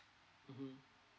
mmhmm